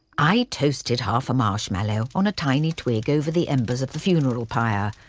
i toasted half a marshmallow on a tiny twig over the embers of the funeral pyre,